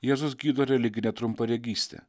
jėzus gydo religinę trumparegystę